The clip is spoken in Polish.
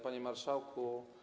Panie Marszałku!